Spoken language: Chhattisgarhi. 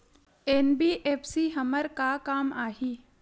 एन.बी.एफ.सी हमर का काम आही?